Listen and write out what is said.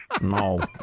No